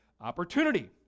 opportunity